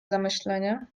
zamyślenie